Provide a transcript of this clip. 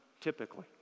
typically